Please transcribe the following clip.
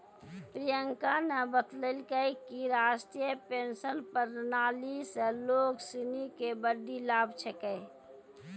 प्रियंका न बतेलकै कि राष्ट्रीय पेंशन प्रणाली स लोग सिनी के बड्डी लाभ छेकै